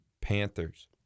Panthers